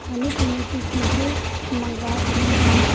खाने पीने की चीज़ें मंगवा सकते हैं